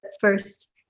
first